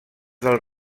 del